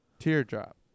Teardrop